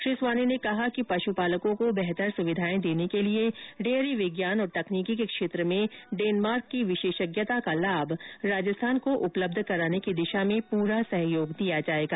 श्री स्वाने ने कहा कि पशुपालकों को बेहतर सुविधाएं देने के लिए डेयरी विज्ञान और तकनीकी के क्षेत्र में डेनमार्क की विशेषज्ञता का लाभ राजस्थान को उपलब्ध कराने की दिशा में पूरा सहयोग दिया जाएगा